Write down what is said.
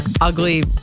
ugly